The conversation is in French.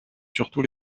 surtout